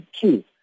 two